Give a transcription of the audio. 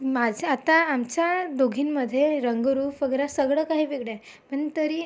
माझे आत्ता आमच्या दोघींमध्ये रंगरूप वगैरे सगळं काही वेगळं आहे पण तरी